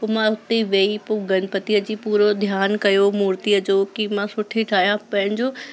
पोइ मां हुते ई विही पोइ गणपतिअ जी पूरो ध्यानु कयो मूर्तिअ जो की मां सुठी ठाहियां पंहिंजो